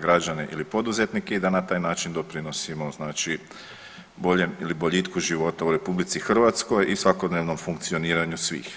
građane ili poduzetnike i da na taj način doprinosimo boljem ili boljitku života u RH i svakodnevnom funkcioniranju svih.